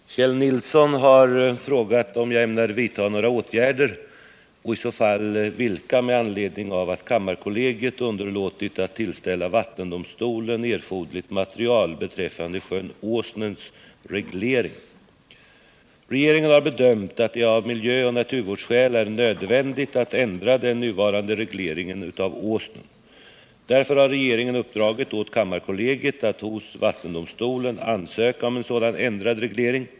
Herr talman! Kjell Nilsson har frågat om jag ämnar vidta några åtgärder — och i så fall vilka — med anledning av att kammarkollegiet underlåtit att tillställa vattendomstolen erforderligt material beträffande sjön Åsnens reglering. Regeringen har bedömt att det av miljöoch naturvårdsskäl är nödvändigt att ändra den nuvarande regleringen av Åsnen. Därför har regeringen uppdragit åt kammarkollegiet att hos vattendomstolen ansöka om en sådan ändrad reglering.